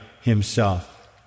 himself